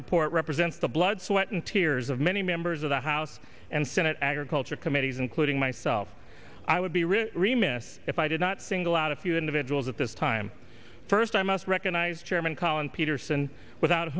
report represents the blood sweat and tears of many members of the house and senate agriculture committee including myself i would be really remiss if i did not single out a few individuals at this time first i must recognize chairman collin peterson without